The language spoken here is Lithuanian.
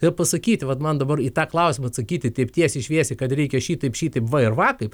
ir pasakyti vat man dabar į tą klausimą atsakyti taip tiesiai šviesiai kad reikia šitaip šitaip va ir va taip